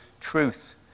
truth